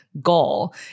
goal